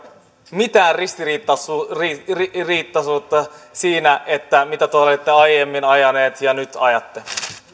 mitään ristiriitaisuutta siinä mitä te olette aiemmin ajaneet ja nyt ajatte